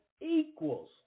equals